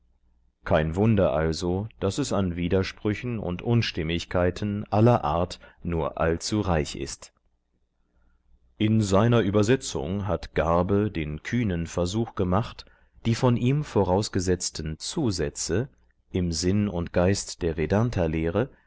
kein wunder also daß es an widersprüchen und unstimmigkeiten aller art nur allzu reich ist in seiner übersetzung hat garbe den kühnen versuch gemacht die von ihm vorausgesetzten zusätze im sinn und geiste der